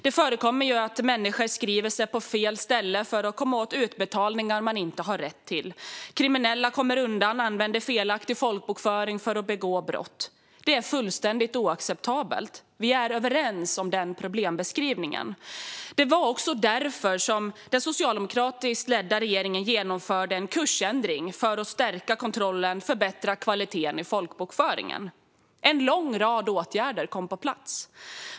Det förekommer att människor skriver sig på fel ställe för att komma åt utbetalningar de inte har rätt till, och kriminella kommer undan och begår brott genom att använda felaktig folkbokföring. Vi är överens om denna problembeskrivning. Därför genomförde den socialdemokratiskt ledda regeringen en kursändring för att stärka kontrollen och förbättra kvaliteten i folkbokföringen. En lång rad åtgärder kom på plats.